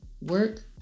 work